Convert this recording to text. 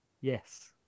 Yes